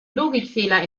logikfehler